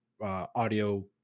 audio